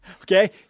Okay